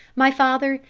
my father,